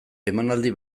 emanaldi